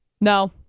No